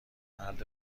مرد